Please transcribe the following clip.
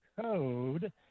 code